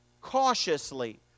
cautiously